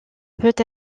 peut